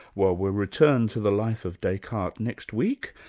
well we'll return to the life of descartes next week,